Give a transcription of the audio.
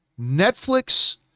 Netflix